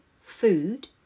food